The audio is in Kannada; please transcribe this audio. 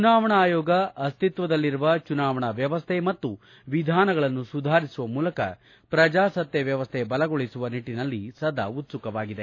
ಚುನಾವಣಾ ಆಯೋಗ ಅಸ್ತಿತ್ವದಲ್ಲಿರುವ ಚುನಾವಣಾ ವ್ಯವಸ್ಥೆ ಮತ್ತು ವಿಧಾನಗಳನ್ನು ಸುಧಾರಿಸುವ ಮೂಲಕ ಪ್ರಜಾಸತ್ತೆ ವ್ಯವಸ್ಥೆ ಬಲಗೊಳಿಸುವ ನಿಟ್ಟಿನಲ್ಲಿ ಸದಾ ಉತ್ಸುಕವಾಗಿದೆ